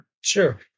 Sure